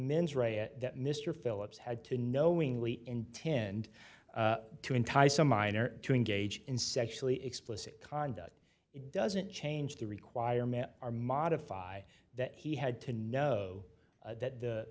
mens rea that mr phillips had to knowingly intend to entice a minor to engage in sexually explicit conduct it doesn't change the requirement or modify that he had to know that the